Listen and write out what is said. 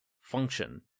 function